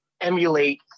emulate